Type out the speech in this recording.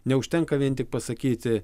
neužtenka vien tik pasakyti